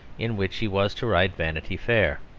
in which he was to write vanity fair.